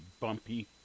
bumpy